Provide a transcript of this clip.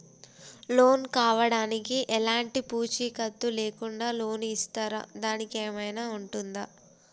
Loan కావడానికి ఎలాంటి పూచీకత్తు లేకుండా లోన్ ఇస్తారా దానికి ఏమైనా ఉంటుందా?